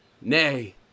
Nay